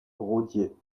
rodier